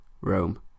Rome